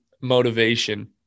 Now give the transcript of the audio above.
motivation